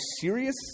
serious